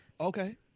Okay